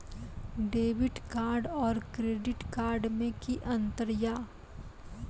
Debit card और credit card मे कि अंतर या?